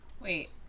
Wait